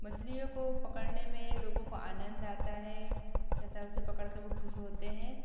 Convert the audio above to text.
मछलियों को पकड़ने में लोगों को आनंद आता है तथा उसे पकड़ के वो खुश होते हैं